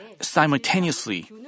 simultaneously